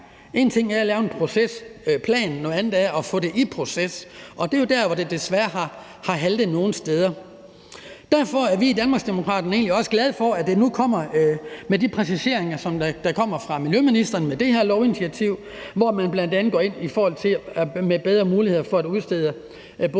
En ting er at lave en procesplan, noget andet er at få det i proces, og det er jo der, det desværre har haltet nogle steder. Derfor er vi i Danmarksdemokraterne egentlig også glade for, at der nu kommer de præciseringer, der kommer fra miljøministeren med det her lovinitiativ, hvor man bl.a. går ind og giver bedre muligheder for at udstede påbud